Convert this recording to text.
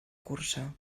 cursa